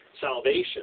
salvation